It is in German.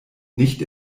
nicht